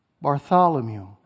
Bartholomew